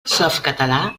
softcatalà